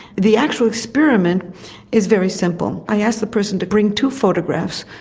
the actual experiment is very simple i ask the person to bring two photographs,